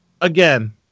Again